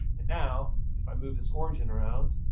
and now, if i move this origin around,